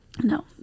no